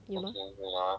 有吗